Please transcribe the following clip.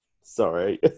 Sorry